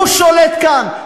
הוא שולט כאן,